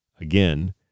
again